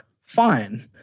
Fine